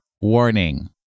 warning